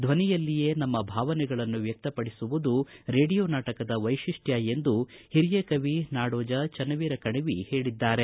ದ್ದನಿಯಲ್ಲಿಯೇ ನಮ್ಮ ಭಾವನೆಗಳನ್ನು ವ್ಯಕ್ತ ಪಡಿಸುವುದು ರೇಡಿಯೋ ನಾಟಕದ ವೈಶಿಷ್ಟ್ಯ ಎಂದು ಹಿರಿಯ ಕವಿ ನಾಡೋಜ ಚನ್ನವೀರ ಕಣವಿ ಹೇಳಿದ್ದಾರೆ